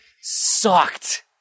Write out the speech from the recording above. sucked